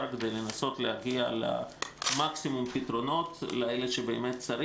כדי לנסות להגיע למקסימום פתרונות לאלה שצריך באמת.